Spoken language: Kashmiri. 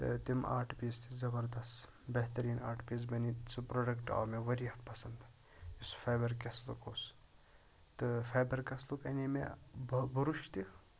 تہٕ تِم آٹ پیٖس تہٕ زَبردَس بہترین آٹ پیٖس بَنے سُہ پروڈَکٹ آو مےٚ واریاہ پَسَنٛد یُس فیبَر کیسلُک اوس تہٕ فیبَر کَسلُک اَنے مےٚ بُرُش تہِ